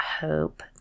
hope